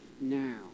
now